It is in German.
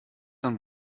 dann